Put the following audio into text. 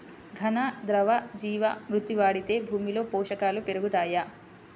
ఘన, ద్రవ జీవా మృతి వాడితే భూమిలో పోషకాలు పెరుగుతాయా?